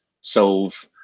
solve